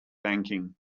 banking